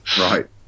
right